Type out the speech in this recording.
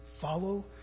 follow